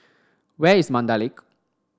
where is Mandai Lake